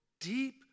deep